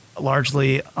largely